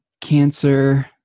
cancer